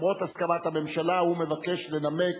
למרות הסכמת הממשלה הוא מבקש לנמק